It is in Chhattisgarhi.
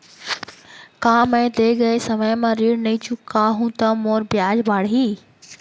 का मैं दे गए समय म ऋण नई चुकाहूँ त मोर ब्याज बाड़ही?